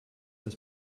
das